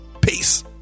Peace